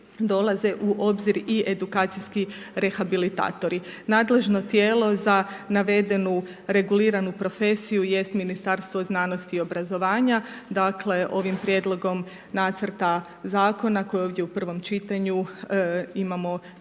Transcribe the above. u obzir i edukacijsko rehabilitatori. Nadležnu tijelo za navedenu reguliranu profesiju jest Ministarstvo znanosti i obrazovanja, dakle, ovim prijedlogom nacrtom zakona, koji je ovdje u prvom čitanju, imamo takvo